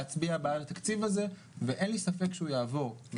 להצביע בעד התקציב הזה ואין לי ספק שהוא יעבור.